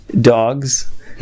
dogs